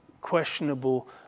questionable